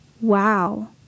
wow